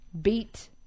beat